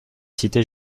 cités